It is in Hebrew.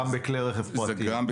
גם בכלי רכב פרטיים.